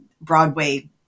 Broadway